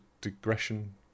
digression